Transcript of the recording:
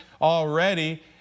already